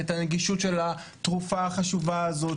את הנגישות של התרופה החשובה הזאת,